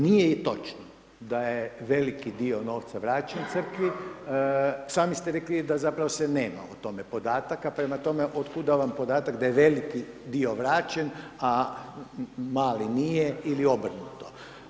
Nije točno da je veliki dio novca vraćen Crkvi, sami ste rekli da zapravo se o tome podataka, prema tome otkuda vam podatak da je veliki dio vraćen a mali nije ili obrnuto.